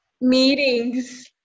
meetings